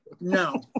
no